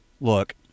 look